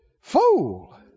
fool